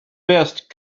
best